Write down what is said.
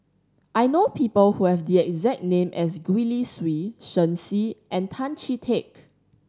I know people who have the exact name as Gwee Li Sui Shen Xi and Tan Chee Teck